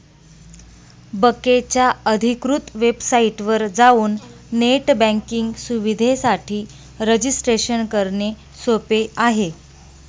बकेच्या अधिकृत वेबसाइटवर जाऊन नेट बँकिंग सुविधेसाठी रजिस्ट्रेशन करणे सोपे आहे